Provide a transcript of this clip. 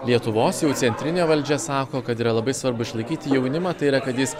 lietuvos jau centrinė valdžia sako kad yra labai svarbu išlaikyti jaunimątai yra kad jis